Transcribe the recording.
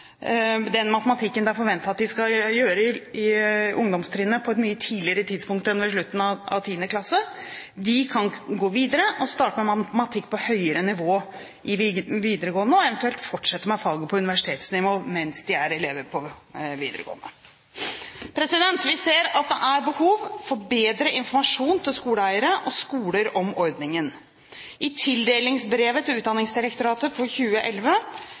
den matematikken det er forventet at de skal gjøre på ungdomstrinnet, på et mye tidligere tidspunkt enn ved slutten av 10. klasse kan gå videre og starte med matematikk på et høyere nivå i videregående og eventuelt fortsette med faget på universitetsnivå mens de er elever på videregående. Vi ser at det er behov for bedre informasjon til skoleeiere og skoler om ordningen. I tildelingsbrevet til Utdanningsdirektoratet for 2011